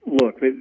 look